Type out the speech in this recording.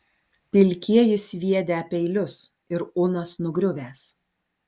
pilkieji sviedę peilius ir unas nugriuvęs